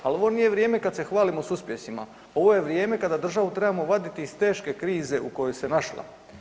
Ali ovo nije vrijeme kada se hvalimo s uspjesima, ovo je vrijeme kada državu trebamo vaditi iz teške krize u kojoj se našla.